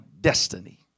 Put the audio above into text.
destiny